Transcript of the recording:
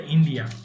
India